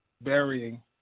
burying